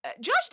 Josh